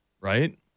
Right